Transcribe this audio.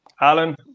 Alan